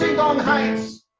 heights